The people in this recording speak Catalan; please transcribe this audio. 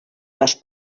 les